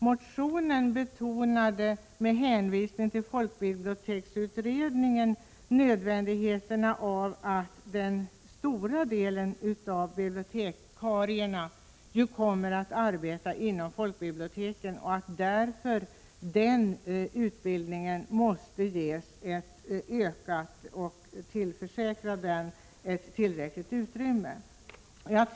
Motionen betonade, med hänvisning till folkbiblioteksutredningen, att den stora delen av bibliotekarierna kommer att arbeta inom folkbiblioteken och att utbildningen därför måste tillförsäkras ett tillräckligt utrymme.